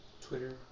Twitter